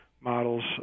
models